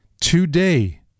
today